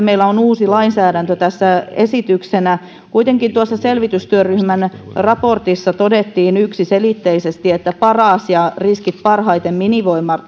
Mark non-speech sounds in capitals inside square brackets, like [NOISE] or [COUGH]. [UNINTELLIGIBLE] meillä on uusi lainsäädäntö tässä esityksenä kuitenkin tuossa selvitystyöryhmän raportissa todettiin yksiselitteisesti että paras ja riskit parhaiten